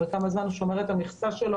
כמה זמן הוא שומר את המכסה שלו.